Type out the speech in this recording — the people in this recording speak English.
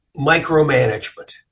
micromanagement